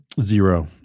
Zero